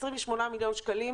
28 מיליון שקלים